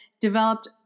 developed